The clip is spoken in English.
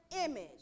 image